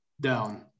Down